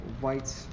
white